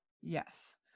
yes